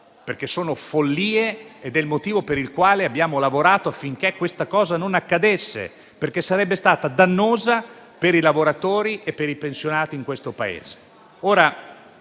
perché sono follie. Abbiamo lavorato affinché questa cosa non accadesse, perché sarebbe stata dannosa per i lavoratori e i pensionati di questo Paese.